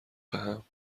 بهم